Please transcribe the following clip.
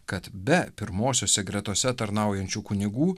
kad be pirmosiose gretose tarnaujančių kunigų